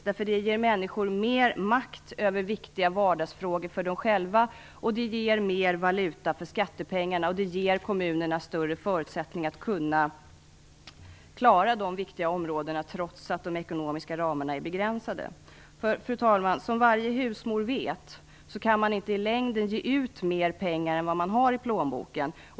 Det ger människor mer makt över viktiga vardagsfrågor för dem själva, det ger mer valuta för skattepengarna och det ger kommunerna större förutsättningar att klara de viktiga områdena trots att de ekonomiska ramarna är begränsade. Som varje husmor vet, kan man inte i längden ge ut mer pengar än vad man har i plånboken.